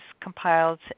compiled